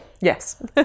Yes